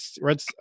Red